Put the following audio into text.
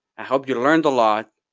i hope you learned a lot,